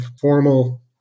formal